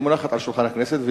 ומונחת על שולחן הכנסת,